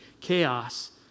chaos